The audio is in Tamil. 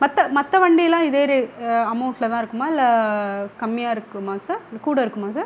மற்ற மற்ற வண்டியெலாம் இதே ரே அமௌண்ட்டில் தான் இருக்குமா இல்லை கம்மியாக இருக்குமா சார் இல்லை கூட இருக்குமா சார்